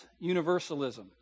universalism